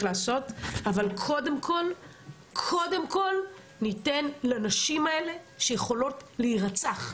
אבל קודם כל אני רוצה את זה על צו ההרחקה,